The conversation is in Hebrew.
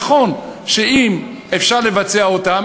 נכון שאם אפשר לבצע אותן,